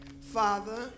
Father